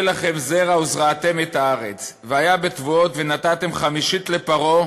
הא לכם זרע וזרעתם את האדמה והיה בתבואת ונתתם חמישית לפרעה